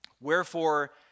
Wherefore